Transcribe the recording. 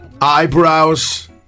Eyebrows